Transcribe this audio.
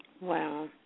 Wow